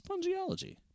Spongiology